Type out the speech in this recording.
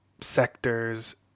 sectors